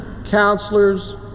counselors